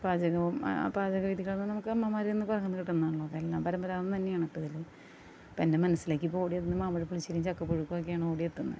പാചകവും ആ പാചകരീതികളെന്നു പറഞ്ഞാൽ നമുക്ക് അമ്മമാരീന്ന് പകര്ന്ന് കിട്ടുന്നതാണ് അതെല്ലാം പരമ്പരാഗതം തന്നെയാണ് ഇപ്പോൾ ഇതിൽ എൻ്റെ മനസ്സിലേക്കിപ്പോൾ ഓടിവരുന്നത് മാമ്പഴപ്പുളിശ്ശേരിയും ചക്കപ്പുഴുക്കുക്കെയാണ് ഓടിയെത്തുന്നത്